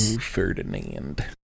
Ferdinand